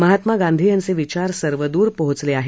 महात्मा गांधी यांचे विचार सर्वदूर पोहचले आहेत